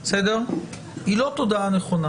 היא לא תודעה נכונה.